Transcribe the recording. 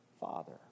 Father